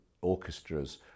orchestras